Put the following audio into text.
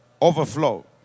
Overflow